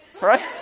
right